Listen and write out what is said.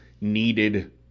needed